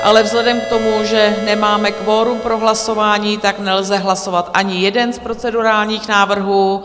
Ale vzhledem k tomu, že nemáme kvorum pro hlasování, nelze hlasovat ani jeden z procedurálních návrhů.